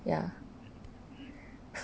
ya